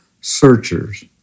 searchers